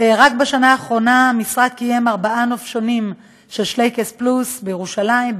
רק בשנה האחרונה המשרד קיים ארבעה נופשונים של "שלייקס פלוס" בירושלים,